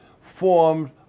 formed